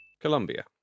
Colombia